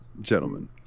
Gentlemen